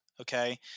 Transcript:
okay